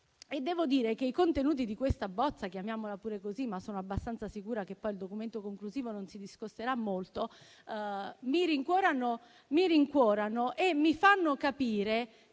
Devo dire che i contenuti di questa bozza - chiamiamola così, anche se sono abbastanza sicura che poi il documento conclusivo non si discosterà molto - mi rincuorano, mi fanno capire